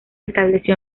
estableció